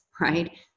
Right